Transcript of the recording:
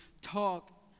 talk